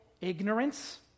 ignorance